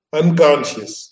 unconscious